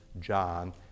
John